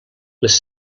les